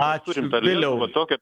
ačiū viliau